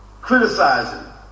criticizing